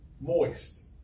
moist